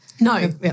No